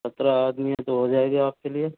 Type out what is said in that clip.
सत्रह आदमी है तो हो जाएगा आपके लिए